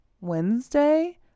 Wednesday